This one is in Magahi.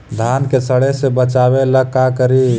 धान के सड़े से बचाबे ला का करि?